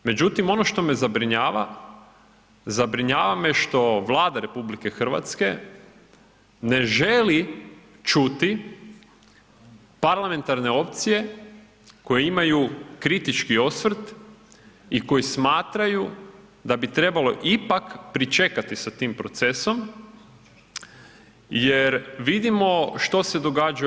Međutim, ono što me zabrinjavanja, zabrinjava me što Vlada RH ne želi čuti parlamentarne opcije koje imaju kritički osvrt i koji smatraju da bi trebalo ipak pričekati sa tim procesom jer vidimo što se događa u EU.